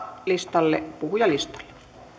listalle puhujalistalle